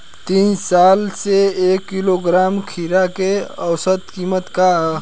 तीन साल से एक किलोग्राम खीरा के औसत किमत का ह?